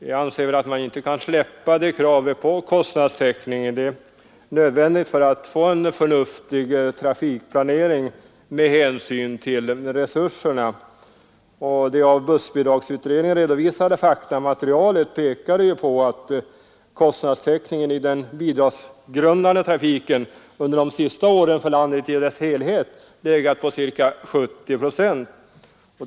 Jag anser att man inte kan släppa kravet på kostnadstäckning, som är nödvändig för att man skall få en förnuftig trafikplanering med hänsyn till resurserna. Det av bussbidragsutredningen redovisade materialet pekade på att kostnadstäckningen i den bidragsgrundande trafiken under de senaste åren för landet i dess helhet legat på ca 70 procent.